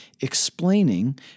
explaining